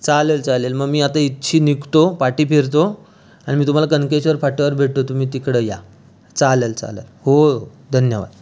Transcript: चालंल चालंल मग मी आता इथशी निघतो पाठी फिरतो आणि मी तुम्हाला कनकेश्वर फाट्यावर भेटतो तुम्ही तिकडं या चालंल चालंल हो हो धन्यवाद